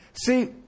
See